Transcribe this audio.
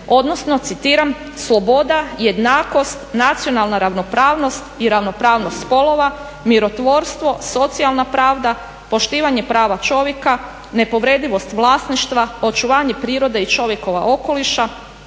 odnosno citiram: "Sloboda, jednakost, nacionalna ravnopravnost i ravnopravnost spolova, mirotvorstvo, socijalna pravda, poštivanje prava čovjeka, nepovredivost vlasništva, očuvanje prirode i čovjekova okoliša,